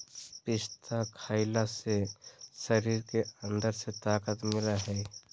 पिस्ता खईला से शरीर के अंदर से ताक़त मिलय हई